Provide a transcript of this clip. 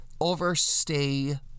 overstay